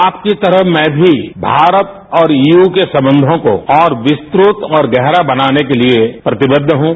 आप की तरह मैं भी भारत और ईयू के सम्बन्धों को और विस्तृत और गहरा बनाने के लिए प्रतिबद्ध हूँ